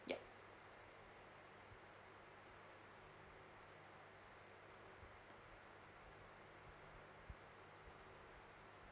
yup